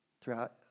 throughout